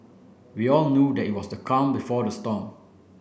we all knew that it was the calm before the storm